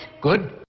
Good